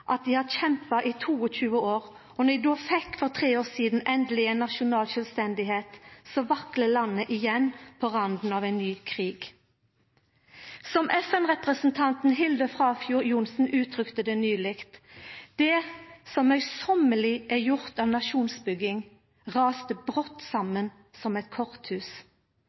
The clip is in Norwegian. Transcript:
at dei har kjempa i 22 år, og når dei då for tre år sidan endeleg fekk nasjonalt sjølvstende, er landet igjen på randa av ein ny krig. Som FN-representanten Hilde Frafjord Johnson nyleg uttrykte det: Det som mødesamt er gjort av nasjonsbygging, rasa brått saman som eit korthus.